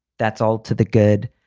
that's all to the good.